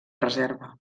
reserva